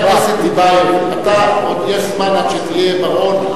חבר הכנסת טיבייב, עוד יש זמן עד שתהיה בר-און.